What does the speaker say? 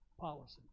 policy